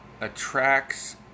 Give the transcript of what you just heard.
attracts